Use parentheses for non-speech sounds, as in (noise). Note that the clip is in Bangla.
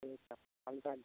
(unintelligible)